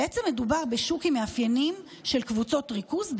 בעצם מדובר בשוק עם מאפיינים של קבוצות ריכוז,